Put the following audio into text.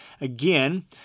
Again